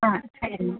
ஆ சரிம்மா